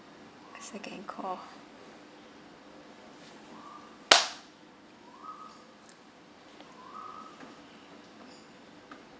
a second call